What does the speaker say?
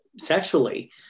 sexually